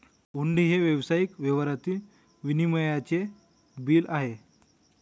हुंडी हे व्यावसायिक व्यवहारातील विनिमयाचे बिल आहे